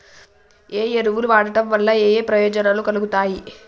ఏ ఎరువులు వాడటం వల్ల ఏయే ప్రయోజనాలు కలుగుతయి?